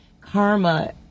Karma